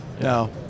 no